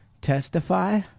testify